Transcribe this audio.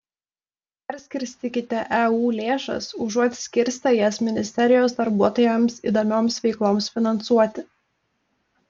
perskirstykite eu lėšas užuot skirstę jas ministerijos darbuotojams įdomioms veikloms finansuoti